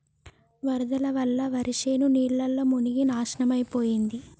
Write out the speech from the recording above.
వరదల వల్ల వరిశేను నీళ్లల్ల మునిగి నాశనమైపోయింది